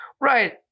Right